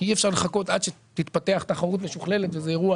כי אי אפשר לחכות עד שתתפתח תחרות משוכללת וזה אירוע